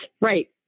Right